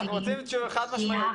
זה שורש הבעיה.